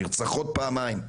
נרצחות פעמיים,